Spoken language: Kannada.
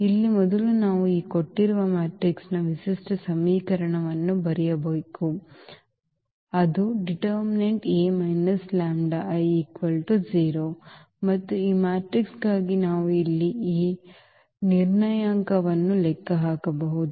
ಇಲ್ಲಿ ಮೊದಲು ನಾವು ಈ ಕೊಟ್ಟಿರುವ ಮ್ಯಾಟ್ರಿಕ್ಸ್ನ ವಿಶಿಷ್ಟ ಸಮೀಕರಣವನ್ನು ಬರೆಯಬೇಕು ಅದು ಮತ್ತು ಈ ಮ್ಯಾಟ್ರಿಕ್ಸ್ಗಾಗಿ ನಾವು ಇಲ್ಲಿ ಈ ನಿರ್ಣಾಯಕವನ್ನು ಲೆಕ್ಕ ಹಾಕಬಹುದು